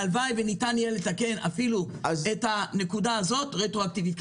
הלוואי וניתן יהיה לתקן אפילו את הנקודה הזאת רטרואקטיבית.